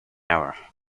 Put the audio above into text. hour